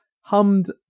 hummed